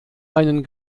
einen